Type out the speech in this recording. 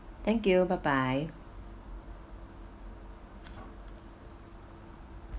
thank you bye bye